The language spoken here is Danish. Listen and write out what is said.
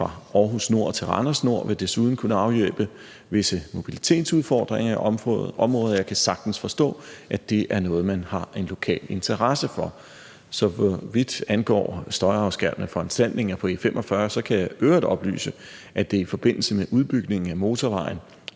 fra Aarhus N til Randers N vil desuden kunne afhjælpe visse mobilitetsudfordringer i området, og jeg kan sagtens forstå, at det er noget, man har en lokal interesse i. For så vidt angår støjafskærmende foranstaltninger på E45, kan jeg i øvrigt oplyse, at det i forbindelse med udbygningen af motorvejen